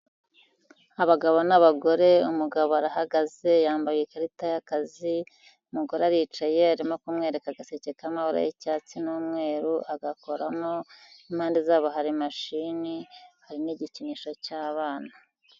Abagabo n'abagore, umugabo arahagaze yambaye ikarita y'akazi, umugore aricaye arimo kumwereka agaseke k'amabara y'icyatsi n'umweru agakoramo, impande zabo hari mashini, hari n'igikinisho cy'abana.